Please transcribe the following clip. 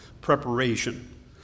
preparation